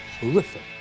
horrific